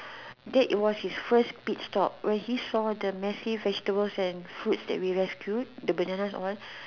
that was his first pit stop when he say the massive vegetables and fruits we rescued the bananas all